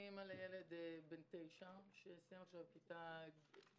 אני אימא לילד בן 9 שסיים כעת כיתה ג',